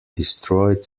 destroyed